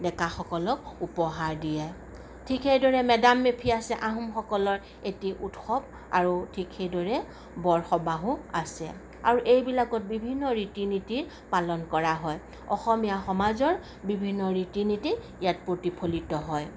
ডেকাসকলক উপহাৰ দিয়ে ঠিক সেইদৰে মে ডাম মে ফি আছে আহোমসকলৰ এটি উৎসৱ আৰু ঠিক সেইদৰে বৰসবাহো আছে আৰু এইবিলাকত বিভিন্ন ৰীতি নীতি পালন কৰা হয় অসমীয়া সমাজৰ বিভিন্ন ৰীতি নীতি ইয়াত প্ৰতিফলিত হয়